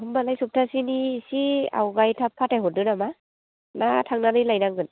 होनब्लालाय सबथासेनि एसे आवगाय थाब फाथाय हरदो नामा ना थांनानै लायनांगोन